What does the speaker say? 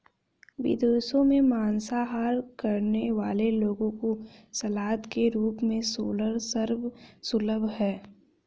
विदेशों में मांसाहार करने वाले लोगों को सलाद के रूप में सोरल सर्व सुलभ है